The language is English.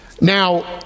Now